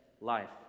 life